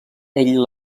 ell